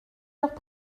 heures